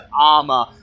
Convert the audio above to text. armor